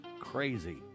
Crazy